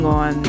on